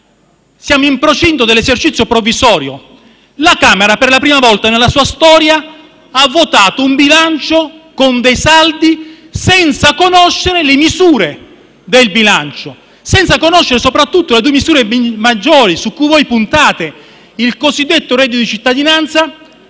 in procinto dell'esercizio provvisorio. La Camera, per la prima volta nella sua storia, ha votato un bilancio con dei saldi senza conoscere le misure del bilancio, senza conoscere soprattutto le due principali misure su cui vuoi puntate. In primo luogo, il cosiddetto reddito di cittadinanza: